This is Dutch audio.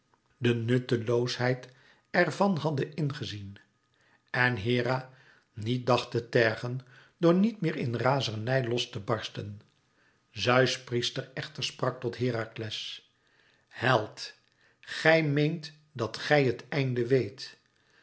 de nutteloosheid er van hadde in gezien en hera niet dacht te tergen door niet meer in razernij los te barsten zeus priester echter sprak tot herakles held gij méent dat gij het einde weet